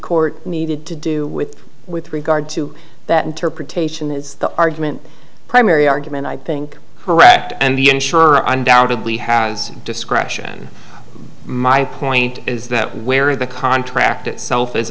court needed to do with with regard to that interpretation is the argument primary argument i think correct and the insurer undoubtedly has discretion my point is that where the contract itself is